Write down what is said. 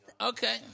Okay